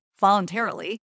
voluntarily